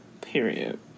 period